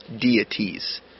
deities